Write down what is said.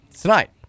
Tonight